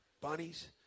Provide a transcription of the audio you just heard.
bunnies